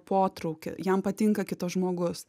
potraukį jam patinka kitas žmogus